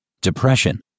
depression